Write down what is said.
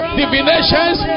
divinations